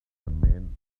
men